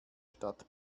stadt